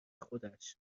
خودش